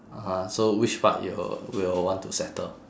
(uh huh) so which part you'll will want to settle